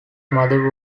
mother